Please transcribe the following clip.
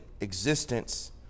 existence